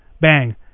bang